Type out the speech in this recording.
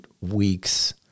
weeks